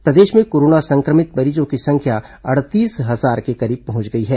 प्रदेश में कोरोना संक्रमित मरीजों की संख्या अड़तीस हजार के करीब पहुंच गई है